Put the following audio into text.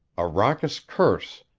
a raucous curse,